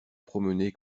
promener